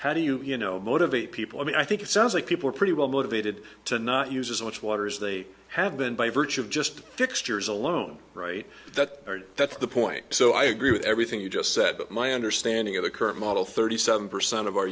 how do you you know motivate people i mean i think it sounds like people are pretty well motivated to not use as much water as they have been by virtue of just fixtures alone right that that's the point so i agree with everything you just said but my understanding of the current model thirty seven percent of our